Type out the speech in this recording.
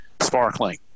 sparkling